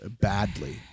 badly